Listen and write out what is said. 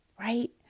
right